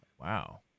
Wow